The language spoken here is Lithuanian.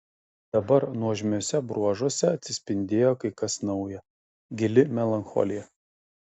dabar nuožmiuose bruožuose atsispindėjo kai kas nauja gili melancholija